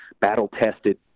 battle-tested